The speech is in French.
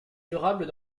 durables